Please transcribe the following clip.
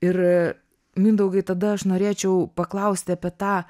ir mindaugai tada aš norėčiau paklausti apie tą